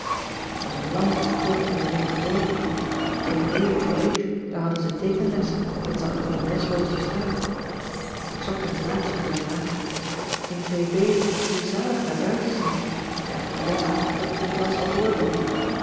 als een lam klom ik weer mee naar boven ii b was leeg daar hadden ze teekenles dat zag ik op den lesrooster staan ik zocht een plaatsje voor het raam in ii b kun je zalig naar buiten zien t is eigenlijk jammer dat ik die klas al door ben